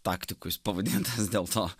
taktiku jis pavadintas dėl to